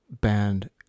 band